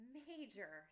major